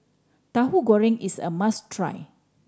Tahu Goreng is a must try